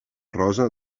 rosa